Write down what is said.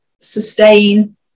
sustain